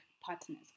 partners